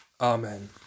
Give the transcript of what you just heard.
Amen